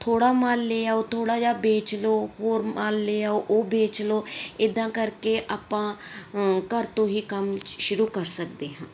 ਥੋੜ੍ਹਾ ਮਾਲ ਲੈ ਆਓ ਥੋੜ੍ਹਾ ਜਿਹਾ ਵੇਚ ਲਓ ਹੋਰ ਮਾਲ ਲੈ ਆਓ ਉਹ ਵੇਚ ਲਓ ਇੱਦਾਂ ਕਰਕੇ ਆਪਾਂ ਘਰ ਤੋਂ ਹੀ ਕੰਮ ਸ਼ੁਰੂ ਕਰ ਸਕਦੇ ਹਾਂ